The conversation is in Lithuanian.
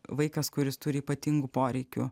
vaikas kuris turi ypatingų poreikių